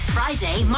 Friday